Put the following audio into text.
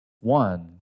one